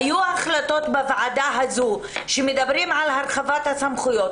היו החלטות בוועדה הזו שמדברים על הרחבת הסמכויות,